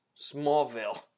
Smallville